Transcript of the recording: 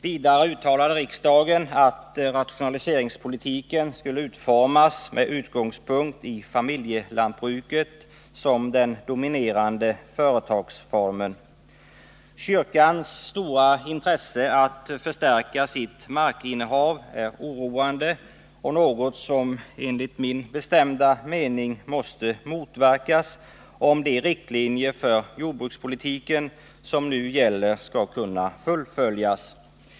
Vidare uttalade riksdagen att rationaliseringspolitiken skulle utformas med utgångspunkt i familjelantbruket som den dominerande företagsformen. Kyrkans stora intresse av att förstärka sitt markinnehav är oroande och något som enligt min bestämda mening måste motverkas, om de riktlinjer för jordbrukspolitiken som nu gäller skall kunna fullföljas.